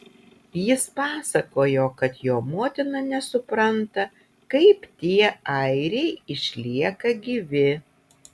jis pasakojo kad jo motina nesupranta kaip tie airiai išlieka gyvi